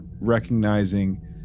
recognizing